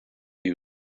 you